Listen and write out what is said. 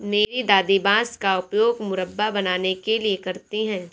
मेरी दादी बांस का उपयोग मुरब्बा बनाने के लिए करती हैं